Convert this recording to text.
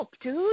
dude